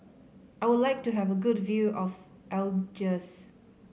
I would like to have a good view of Algiers